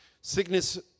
sickness